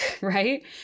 Right